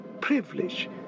privilege